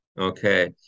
Okay